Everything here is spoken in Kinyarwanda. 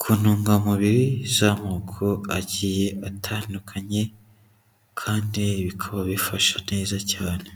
ku ntungamubiri z'amoko agiye atandukanye, kandi bikaba bifasha neza cyane.